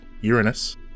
Uranus